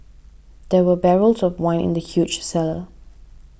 there were barrels of wine in the huge cellar